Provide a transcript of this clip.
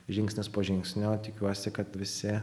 žingsnis po žingsnio tikiuosi kad visi